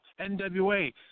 NWA